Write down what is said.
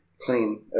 clean